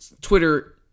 Twitter